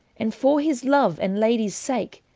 and for his love and ladyes sake,